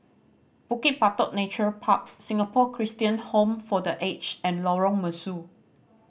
Bukit Batok Nature Park Singapore Christian Home for The Aged and Lorong Mesu